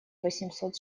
восемьсот